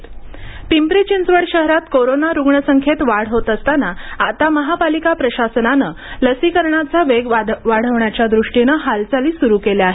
पिंपरी चिंचवड लसीकरण पिंपरी चिंचवड शहरात कोरोना रुग्ण संख्येत वाढ होत असताना आता महापालिका प्रशासनानं लसीकरणाचा वेग वाढवण्याच्या दृष्टीने हालचाली सुरू केल्या आहेत